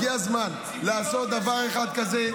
הגיע הזמן לעשות דבר אחד כזה.